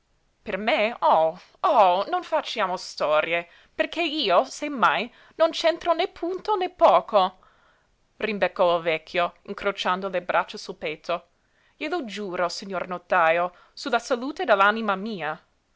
per me oh oh non facciamo storie perché io se mai non c'entro né punto né poco rimbeccò il vecchio incrociando le braccia sul petto glielo giuro signor notajo su la salute dell'anima mia